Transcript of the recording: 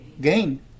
gain